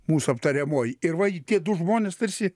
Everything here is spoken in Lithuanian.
mūsų aptariamoji ir va jie tie du žmonės tarsi